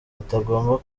atagomba